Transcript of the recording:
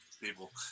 people